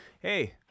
Hey